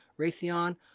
Raytheon